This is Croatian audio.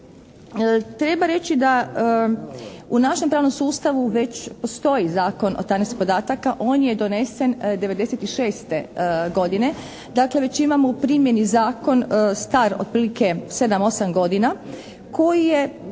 Treba reći da u našem pravnom sustavu već postoji Zakon o tajnosti podataka. On je donesen 96. godine. Dakle već imamo u primjeni zakon star otprilike 7-8 godina koji je